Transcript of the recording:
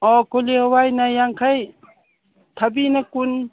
ꯑꯣ ꯀꯨꯂꯤ ꯍꯋꯥꯏꯅ ꯌꯥꯡꯈꯩ ꯊꯕꯤꯅ ꯀꯨꯟ